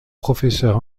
professeur